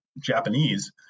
Japanese